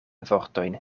vortojn